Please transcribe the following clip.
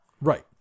Right